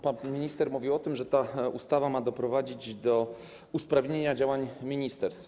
Pan minister mówił o tym, że ta ustawa ma doprowadzić do usprawnienia działania ministerstw.